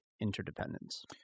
interdependence